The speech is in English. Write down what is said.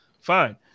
Fine